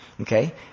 okay